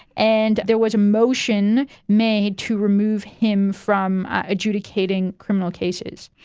and there was a motion made to remove him from adjudicating criminal cases.